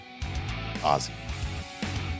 Ozzy